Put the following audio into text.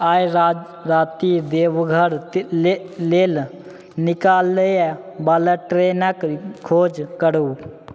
आइ रा राति देवघर ले लेल निकाले बला ट्रेनक खोज करू